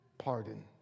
pardon